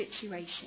situation